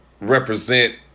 represent